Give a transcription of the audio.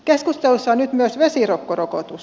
keskustelussa on nyt myös vesirokkorokotus